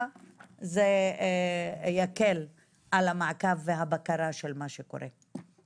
זה יקל על המעקב והבקרה של מה שקורה פה.